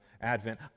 Advent